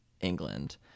England